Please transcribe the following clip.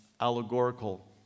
allegorical